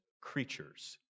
creatures